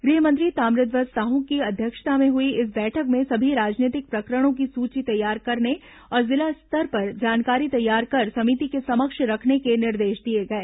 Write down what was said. गृह मंत्री ताम्रध्वज साहू की अध्यक्षता में हुई इस बैठक में सभी राजनीतिक प्रकरणों की सूची तैयार करने और जिला स्तर पर जानकारी तैयार कर समिति के समक्ष रखने के निर्देश दिए गए